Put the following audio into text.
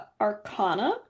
arcana